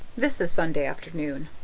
this is sunday afternoon.